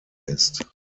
ist